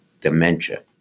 dementia